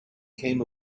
came